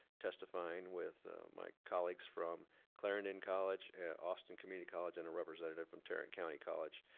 testifying with my colleagues from clarendon college and austin community college and a representative from tarrant county college.